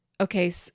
okay